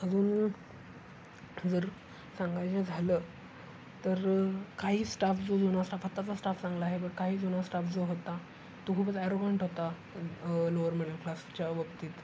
अजून जर सांगायचं झालं तर काही स्टाफ जो जुना स्टाफ आत्ताचा स्टाफ चांगला आहे बट काही जुना स्टाफ जो होता तो खूपच ॲरोगंट होता लोअर मिडल क्लासच्या बाबतीत